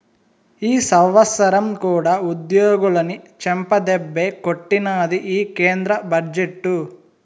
ఈ సంవత్సరం కూడా ఉద్యోగులని చెంపదెబ్బే కొట్టినాది ఈ కేంద్ర బడ్జెట్టు